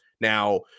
now